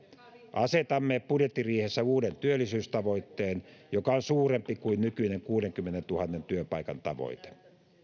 asetamme budjettiriihessä uuden työllisyystavoitteen joka on suurempi kuin nykyinen kuudenkymmenentuhannen työpaikan tavoite